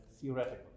theoretical